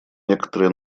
некоторые